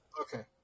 Okay